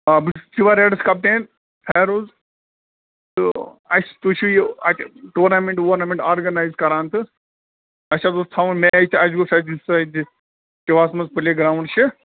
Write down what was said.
آ بہٕ چھُس چیٖور رٮ۪ڈٕس کَپٹین فیروز تہٕ اَسہِ تُہۍ چھِو یہِ اَتہِ ٹیٛورنامٮ۪نٛٹ ورنامٮ۪نٛٹ آرگنایِز کَران تہٕ اَسہِ حظ اوس تھاوُن میچ اَسہِ گوٚژھ اَتہِ سٍتی شِواہس منٛز پُلے گرٛاوُنٛڈ چھِ